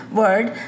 word